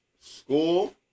School